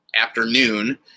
afternoon